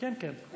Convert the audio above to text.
כן, כן.